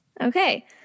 Okay